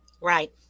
right